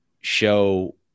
show